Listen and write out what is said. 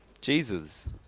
Jesus